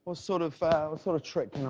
ah sort of what sort of trick